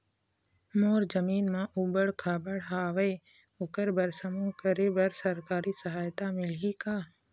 मोर जमीन म ऊबड़ खाबड़ हावे ओकर बर समूह करे बर सरकारी सहायता मिलही का?